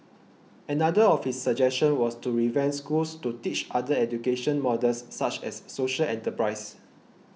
another of his suggestion was to revamp schools to teach other education models such as social enterprise